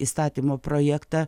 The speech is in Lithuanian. įstatymo projektą